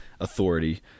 authority